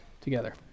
together